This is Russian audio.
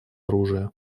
оружия